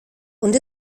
und